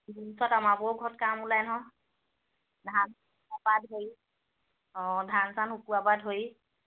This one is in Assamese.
পিছত আমাবোৰৰো ঘৰত কাম ওলাই নহয় ধানৰপৰা ধৰি অঁ ধান চান শুকুৱাৰ পৰা ধৰি